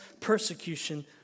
persecution